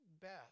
best